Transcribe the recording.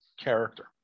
character